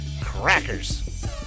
crackers